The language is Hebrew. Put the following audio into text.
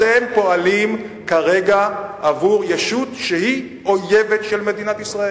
אתם פועלים כרגע עבור ישות שהיא אויבת של מדינת ישראל.